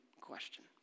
question